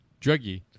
druggie